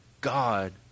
God